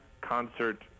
concert